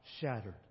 shattered